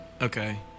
Okay